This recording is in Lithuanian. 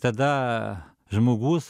tada žmogus